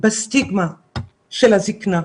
בסטיגמה של הזקנה.